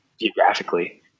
geographically